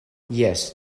jes